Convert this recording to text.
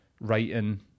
writing